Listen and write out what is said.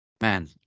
man